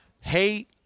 hate